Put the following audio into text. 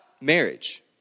marriage